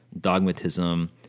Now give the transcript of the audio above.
dogmatism